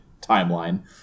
timeline